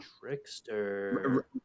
Trickster